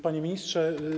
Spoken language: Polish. Panie Ministrze!